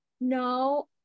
No